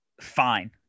fine